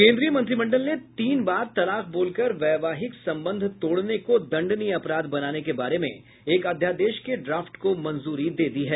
केन्द्रीय मंत्रिमंडल ने तीन बार तलाक बोलकर वैवाहिक संबंध तोड़ने को दंडनीय अपराध बनाने के बारे में एक अध्यादेश के ड्राफ्ट को मंजूरी दे दी है